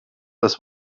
das